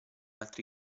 altri